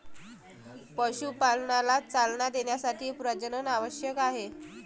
पशुपालनाला चालना देण्यासाठी प्रजनन आवश्यक आहे